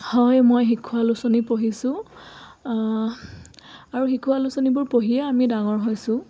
হয় মই শিশু আলোচনী পঢ়িছোঁ আৰু শিশু আলোচনীবোৰ পঢ়িয়ে আমি ডাঙৰ হৈছোঁ